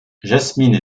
jasmine